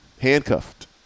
handcuffed